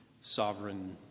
sovereign